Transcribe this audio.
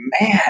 man